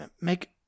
Make